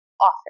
often